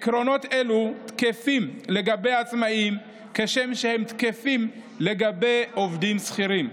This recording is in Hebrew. עקרונות אלו תקפים לגבי עצמאים כשם שהם תקפים לגבי עובדים שכירים.